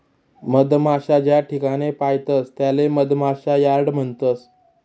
मधमाशा ज्याठिकाणे पायतस त्याले मधमाशा यार्ड म्हणतस